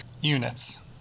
units